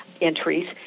entries